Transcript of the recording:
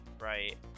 Right